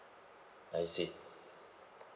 I see